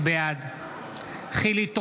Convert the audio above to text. בעד חילי טרופר,